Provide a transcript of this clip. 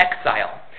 exile